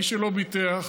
מי שלא ביטח,